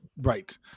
Right